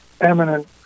eminent